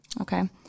Okay